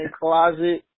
closet